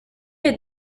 est